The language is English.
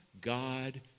God